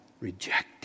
rejected